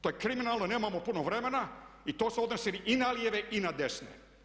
To je kriminalno, nemamo puno vremena i to se odnosi i na lijeve i na desne.